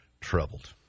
troubled